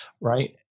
right